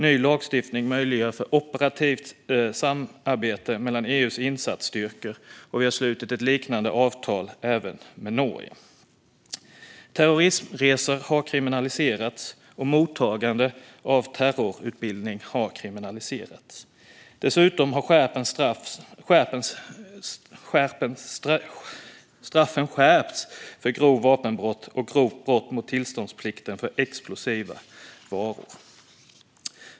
Ny lagstiftning möjliggör operativt samarbete mellan EU:s insatsstyrkor. Vi har slutit ett liknande avtal även med Norge. Dessutom har terrorismresor och mottagandet av terrorutbildning kriminaliserats. Straffen för grovt vapenbrott och grovt brott mot tillståndsplikten för explosiva varor har också skärpts.